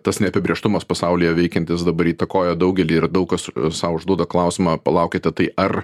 tas neapibrėžtumas pasaulyje veikiantis dabar įtakoja daugelį ir daug kas sau užduoda klausimą palaukite tai ar